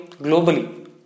globally